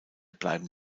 bleiben